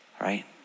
right